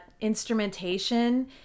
instrumentation